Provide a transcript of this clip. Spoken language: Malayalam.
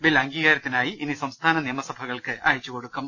ബിൽ അംഗീകാരത്തിനായി ഇനി സംസ്ഥാന നിയമസഭകൾക്ക് അയച്ചുകൊടുക്കും